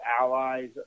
allies